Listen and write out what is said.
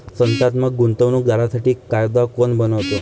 संस्थात्मक गुंतवणूक दारांसाठी कायदा कोण बनवतो?